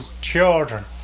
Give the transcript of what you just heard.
children